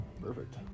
perfect